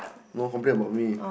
no complain about me